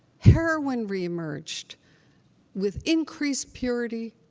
heroin re-emerged with increased purity,